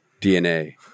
DNA